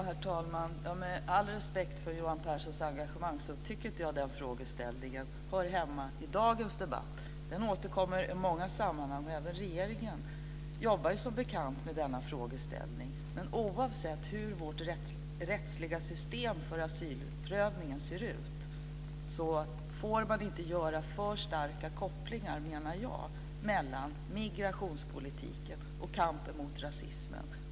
Herr talman! Med all respekt för Johan Pehrsons engagemang vill jag säga att jag inte tycker att den frågeställningen hör hemma i dagens debatt. Den återkommer i många sammanhang, och även regeringen jobbar som bekant med denna frågeställning. Men oavsett hur vårt rättsliga system för asylprövningen ser ut får man inte göra för starka kopplingar, menar jag, mellan migrationspolitiken och kampen mot rasismen.